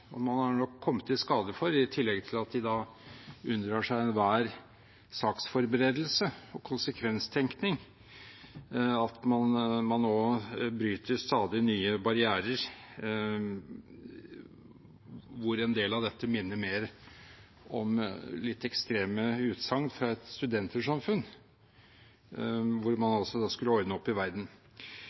og man har nok kommet i skade for, i tillegg til at man unndrar seg enhver saksforberedelse og konsekvenstenkning, å bryte stadig nye barrierer, hvor en del av dette minner mer om litt ekstreme utsagn fra et studentersamfunn der man skal ordne opp i verden.